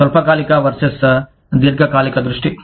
స్వల్పకాలిక వర్సెస్ దీర్ఘకాలిక దృష్టి